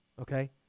Okay